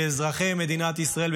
לאזרחי מדינת ישראל,